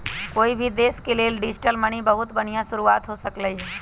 कोई भी देश के लेल डिजिटल मनी बहुत बनिहा शुरुआत हो सकलई ह